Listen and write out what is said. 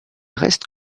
reste